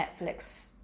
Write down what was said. Netflix